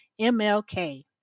MLK